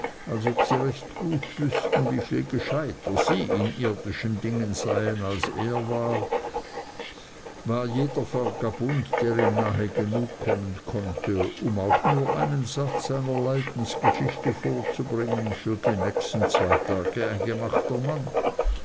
als ob sie recht gut wüßten wieviel gescheiter sie in irdischen dingen seien als er war jeder vagabund der ihm nahe genug kommen konnte um auch nur einen satz seiner leidensgeschichte vorzubringen für die nächsten zwei tage ein gemachter mann